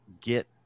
get